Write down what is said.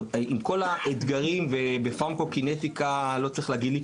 עם כל האתגרים ולא צריך להגיד לי עליהם,